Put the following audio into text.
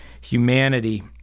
humanity